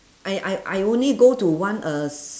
I I I only go to one uh s~